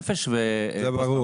נפש ופוסט טראומה.